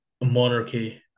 monarchy